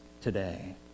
today